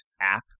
app